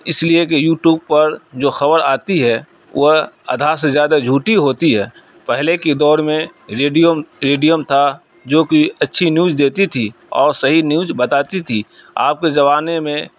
اس لیے کہ YouTube پر جو خبر آتی ہے وہ آدھا سے زیادہ جھوٹی ہوتی ہے پہلے کی دور میں ریڈیوم ریڈیم تھا جو کہ اچھی نیوز دیتی تھی اور صحیح نیوج بتاتی تھی آپ کے زمانے میں